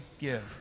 give